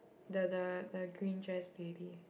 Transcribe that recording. the the the green dress lady